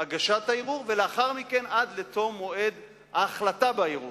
הגשת הערעור, ולאחר מכן עד תום ההחלטה בערעור.